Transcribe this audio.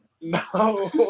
no